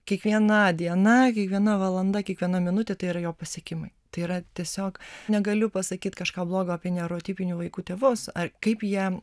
kiekviena diena kiekviena valanda kiekviena minutė tai yra jo pasiekimai tai yra tiesiog negaliu pasakyt kažką blogo apie neuratipinių vaikų tėvus ar kaip jam